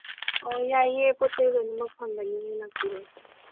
ꯑꯧ ꯌꯥꯏꯌꯦ ꯄꯣꯠ ꯆꯩ ꯂꯣꯏꯅꯃꯛ ꯐꯪꯒꯅꯤꯌꯦ ꯂꯥꯛꯄꯤꯔꯣ